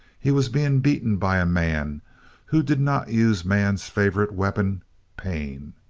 he was being beaten by a man who did not use man's favorite weapon pain.